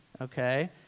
Okay